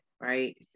right